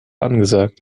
angesagt